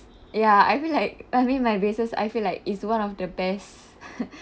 ya I feel like I mean my braces I feel like is one of the best